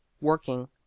working